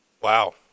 Wow